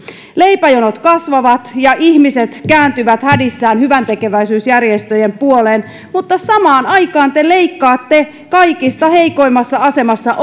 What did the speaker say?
leipäjonot kasvavat ja ihmiset kääntyvät hädissään hyväntekeväisyysjärjestöjen puoleen mutta samaan aikaan te leikkaatte kaikista heikoimmassa asemassa